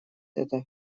это